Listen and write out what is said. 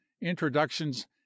introductions